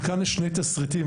וכאן שני תסריטים.